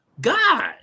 God